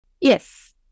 Yes